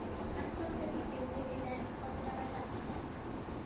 আন্তর্জাতিক লেনদেনে ব্যাংক কত টাকা চার্জ নেয়?